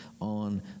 on